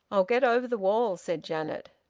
i'll get over the wall, said janet.